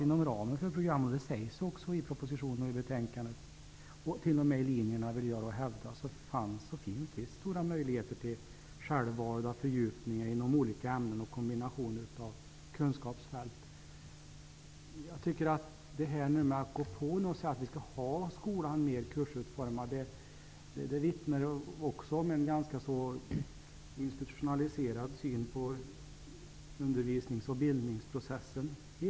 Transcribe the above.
Inom ramen för programmen -- och t.o.m. inom linjerna, vill jag hävda -- finns visst stora möjligheter till självvalda fördjupningar inom olika ämnen och kombinationer av kunskapsfält. Detta sägs i propositionen och i betänkandet. Att gå på och säga att skolan skall vara mer kursutformad vittnar egentligen om en ganska så institutionaliserad syn på undervisnings och bildningsprocessen.